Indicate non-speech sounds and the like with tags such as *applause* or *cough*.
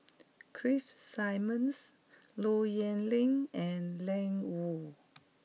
*noise* Keith Simmons Low Yen Ling and Ian Woo